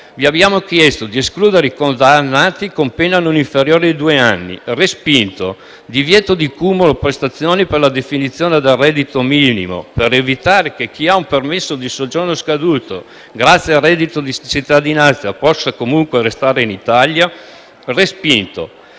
respinto; escludere i condannati con pena non inferiore ai due anni: respinto; divieto di cumulo prestazioni per la definizione del reddito minimo per evitare che chi ha un permesso di soggiorno scaduto grazie al reddito di cittadinanza possa comunque restare in Italia: respinto;